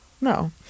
No